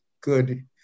good